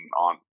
on